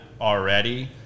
already